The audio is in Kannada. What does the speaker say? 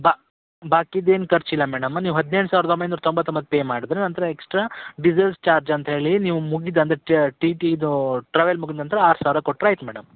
ಬಾ ಬಾಕಿದು ಏನೂ ಖರ್ಚ್ ಇಲ್ಲ ಮೇಡಮ್ ನೀವು ಹದಿನೆಂಟು ಸಾವಿರದ ಒಂಬೈನೂರ ತೊಂಬತ್ತೊಂಬತ್ತು ಪೇ ಮಾಡಿದ್ರೆ ನಂತರ ಎಕ್ಸ್ಟ್ರಾ ಡೀಸಲ್ಸ್ ಚಾರ್ಜ್ ಅಂತ್ಹೇಳಿ ನೀವು ಮುಗಿದ ಅಂದರೆ ಟಿ ಟಿ ಇದು ಟ್ರಾವೆಲ್ ಮುಗಿದ ನಂತರ ಆರು ಸಾವಿರ ಕೊಟ್ಟರೆ ಆಯ್ತು ಮೇಡಮ್